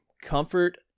comfort